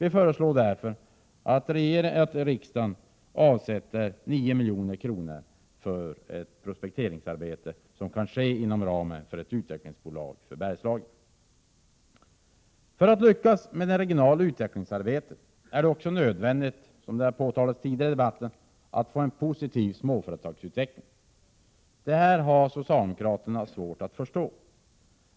Vi föreslår därför att riksdagen avsätter 9 milj.kr. för ett prospekteringsarbete som kan ske inom ramen för ett utvecklingsbolag i Bergslagen. För att lyckas med det regionala utvecklingsarbetet är det också nödvändigt, vilket påtalats tidigare i debatten, att få en positiv småföretagsutveckling. Detta har socialdemokraterna svårt att förstå.